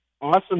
awesome